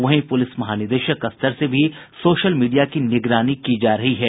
वहीं पुलिस महानिदेशक स्तर से भी सोशल मीडिया की निगरानी की जा रही है